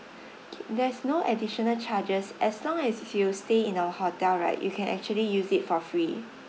K there's no additional charges as long as if you stay in our hotel right you can actually use it for free